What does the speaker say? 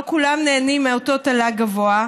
לא כולם נהנים מאותו תל"ג גבוה.